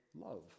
love